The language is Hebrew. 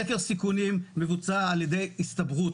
סקר סיכונים נעשה על ידי הסתברות.